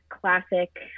classic